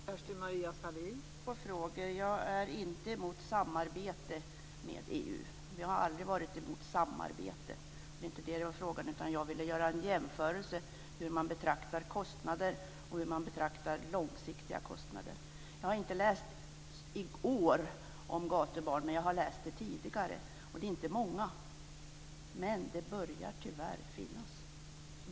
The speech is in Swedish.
Fru talman! Jag ska svara på två frågor. Vi är inte emot samarbete i EU. Vi har aldrig varit emot samarbete. Det var inte det som det var fråga om, utan jag ville göra en jämförelse mellan hur man betraktar kostnader och hur man betraktar långsiktiga kostnader. Jag har inte läst om gatubarn i år, men jag har läst om det tidigare. Det är inte många, men det börjar tyvärr förekomma.